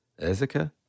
Ezekah